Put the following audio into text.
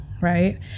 right